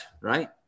Right